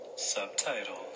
Subtitles